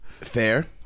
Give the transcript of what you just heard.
Fair